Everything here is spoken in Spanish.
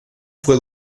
fue